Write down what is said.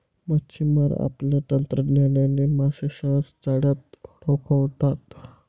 मच्छिमार आपल्या तंत्रज्ञानाने मासे सहज जाळ्यात अडकवतात